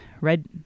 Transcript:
Red